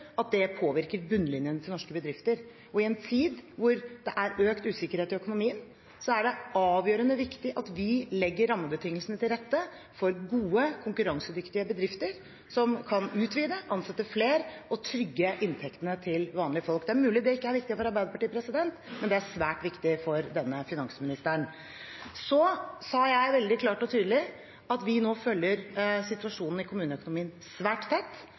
at det påvirker bunnlinjen til norske bedrifter, og i en tid da det er økt usikkerhet i økonomien, er det avgjørende viktig at vi legger rammebetingelsene til rette for gode, konkurransedyktige bedrifter, som kan utvide, ansette flere og trygge inntektene til vanlige folk. Det er mulig det ikke er viktig for Arbeiderpartiet, men det er svært viktig for denne finansministeren. Jeg sa veldig klart og tydelig at vi nå følger situasjonen i kommuneøkonomien svært tett,